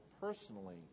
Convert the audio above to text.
personally